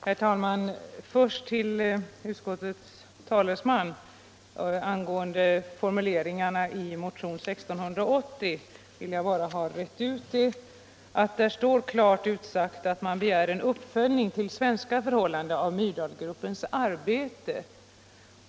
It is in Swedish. Herr talman! Vad först beträffar utskottets talesmans kommentar till formuleringarna i motionen 1680 vill jag bara ha fastställt att där är klart utsagt att man begär en uppföljning till svenska förhållanden av Myrdalgruppens arbete.